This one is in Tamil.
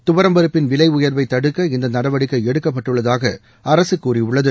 துவரம்பருப்பின் விலை உயர்வை தடுக்க இந்த நடவடிக்கை எடுக்கப்பட்டுள்ளதாக அரசு கூறியுள்ளது